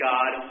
God